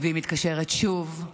היא מתקשרת שוב,